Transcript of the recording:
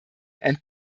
and